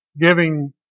giving